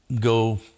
go